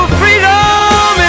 freedom